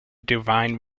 divine